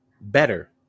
better